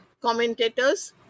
commentators